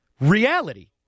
reality